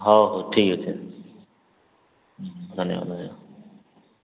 ହଉ ହଉ ଠିକ୍ ଅଛି ହୁଁ ହୁଁ ଧନ୍ୟବାଦ ଧନ୍ୟବାଦ